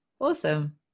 Awesome